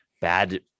bad